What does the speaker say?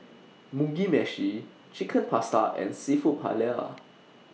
Mugi Meshi Chicken Pasta and Seafood Paella